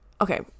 okay